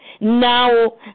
Now